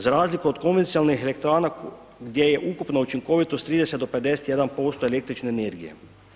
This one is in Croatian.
Za razliku od konvencionalnih elektrana gdje je ukupna učinkovitost 30 do 51% električne energije.